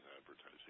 advertising